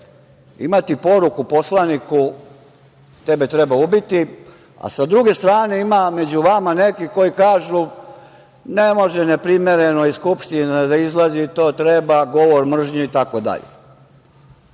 imati poruku poslaniku - tebe treba ubiti, a sa druge strane ima među vama nekih koji kažu - ne može neprimerenoj Skupštini da izlazi, to treba govor mržnje itd. Ja